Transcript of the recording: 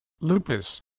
lupus